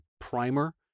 primer